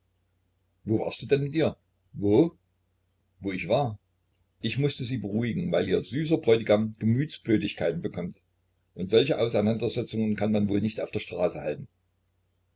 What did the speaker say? wo warst du denn mit ihr wo wo ich war ich mußte sie beruhigen weil ihr süßer bräutigam gemütsblödigkeiten bekommt und solche auseinandersetzungen kann man wohl nicht auf der straße halten